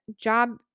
job